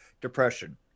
depression